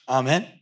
Amen